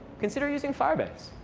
consider using firebase.